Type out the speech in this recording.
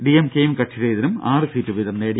ഡിഎംകെ യും കക്ഷിരഹിതരും ആറ് സീറ്റ് വീതം നേടി